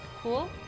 Cool